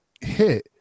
hit